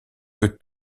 que